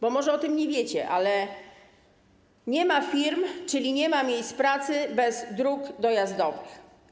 Bo może o tym nie wiecie, ale nie ma firm, czyli nie ma miejsc pracy bez dróg dojazdowych.